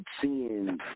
seeing